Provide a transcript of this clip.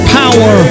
power